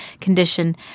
condition